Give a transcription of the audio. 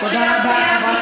תודה רבה,